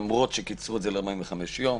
למרות שקיצרו את זה ל-45 יום.